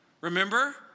Remember